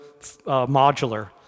modular